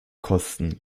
kosten